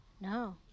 No